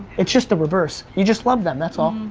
it's just the reverse. you just love them, that's all.